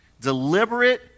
deliberate